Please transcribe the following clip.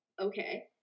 Okay